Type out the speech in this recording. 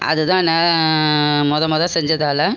அது தான் நான் மொத மொதல் செஞ்சதால்